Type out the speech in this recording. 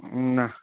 নাহ